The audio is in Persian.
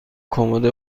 کمد